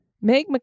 Meg